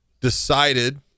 decided